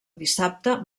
dissabte